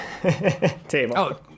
table